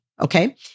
Okay